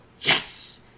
yes